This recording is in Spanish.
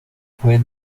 fue